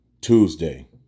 Tuesday